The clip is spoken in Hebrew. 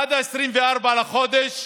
עד 24 לחודש.